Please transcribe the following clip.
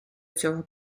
цього